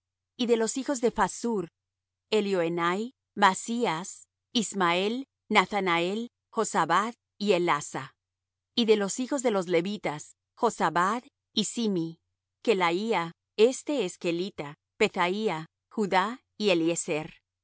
y de los hijos de phasur elioenai maasías ismael nathanael jozabad y elasa y de los hijos de los levitas jozabad y simi kelaía este es kelita pethaía judá